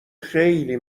خیلی